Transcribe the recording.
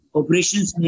operations